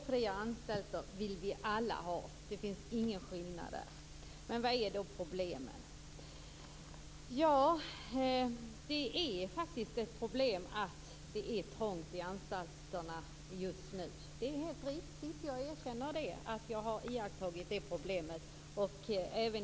Fru talman! Vi vill alla ha drogfria anstalter. Det finns ingen skillnad där. Vad är då problemet? Det är ett problem att det är trångt på anstalterna just nu. Det är helt riktigt. Jag har iakttagit problemet.